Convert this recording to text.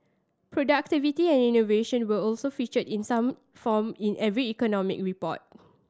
productivity and innovation were also featured in some form in every economic report